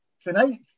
tonight